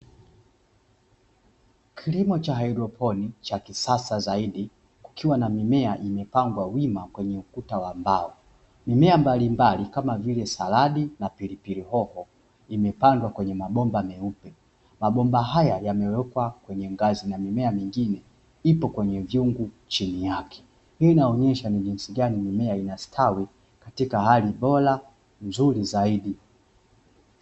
Kilimo cha haidroponi cha kisasa zaidi kukiwa na mimea imepangwa wima kwenye ukuta wa mbao. Mimea mbalimbali kama vile saladi na pilipili hoho, imepandwa kwenye mabomba meupe. Mabomba haya yamewekwa kwenye ngazi na mimea mingine ipo kwenye vyungu chini yake. Hii inaonyesha ni jinsi gani mimea inastawi katika hali bora mzuri zaidi.